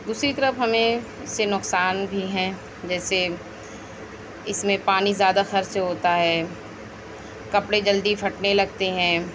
دوسری طرف ہمیں اِس سے نقصان بھی ہیں جیسے اِس میں پانی زیادہ خرچ ہوتا ہے کپڑے جلدی پھٹنے لگتے ہیں